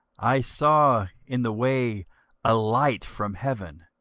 i saw in the way a light from heaven,